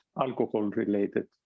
alcohol-related